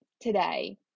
today